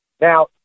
Now